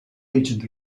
agent